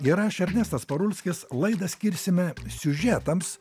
ir as ernestas parulskis laidą skirsime siužetams